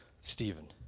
Stephen